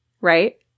Right